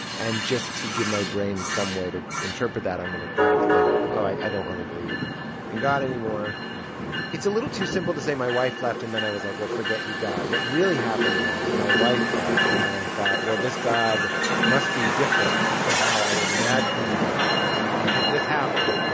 and just to give my brain some way to interpret that, i'm going to kind of think, oh, i don't really believe in god anymore yeah it's a little too simple to say my wife left and then i was like, well, forget you, god. what really happened was my wife left and then i thought, well, this god must be different from how i was imagining him because this happened.